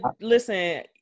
Listen